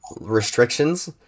restrictions